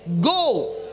go